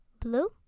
Blue